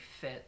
fit